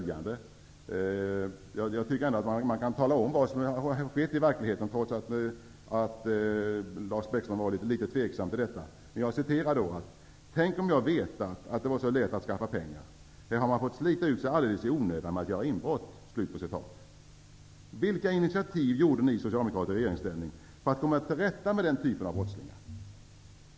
Jag tycker att man kan tala om vad som skett i verkligheten, trots att Lars Bäckström var litet tveksam till detta. -- Vid förhören uppgav den misstänkte: Tänk om jag vetat att det var så lätt att skaffa pengar. Här har man fått slita ut sig alldeles i onödan på att göra inbrott. Vilka initiativ tog ni Socialdemokrater i regeringsställning för att komma till rätta med denna typ av brottslighet?